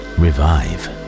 revive